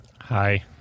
Hi